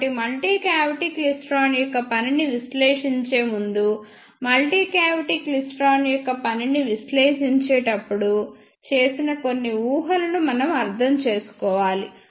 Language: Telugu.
కాబట్టి మల్టీ క్యావిటీ క్లైస్ట్రాన్ యొక్క పనిని విశ్లేషించే ముందు మల్టీ క్యావిటీ క్లైస్ట్రాన్ యొక్క పనిని విశ్లేషించేటప్పుడు చేసిన కొన్ని ఊహలను మనం అర్థం చేసుకోవాలి